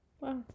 wow